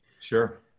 Sure